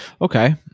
Okay